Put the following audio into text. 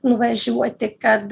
nuvažiuoti kad